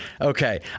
Okay